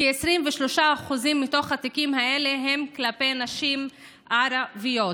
כ-23% מהתיקים האלה, כלפי נשים ערביות.